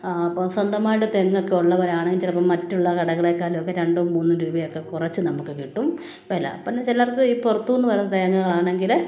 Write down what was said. അപ്പം സ്വന്തമായിട്ട് തെങ്ങൊക്കെ ഉള്ളവരാണെങ്കിൽ ചിലപ്പം മറ്റുള്ള കടകളേക്കാളും ഒക്കെ രണ്ടും മൂന്നും രൂപയൊക്കെ കുറച്ച് നമുക്ക് കിട്ടും വില പിന്നെ ചിലർക്ക് ഈ പുറത്തുനിന്നു വരുന്ന തേങ്ങകളാണെങ്കിൽ